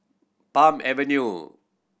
Palm Avenue